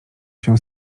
się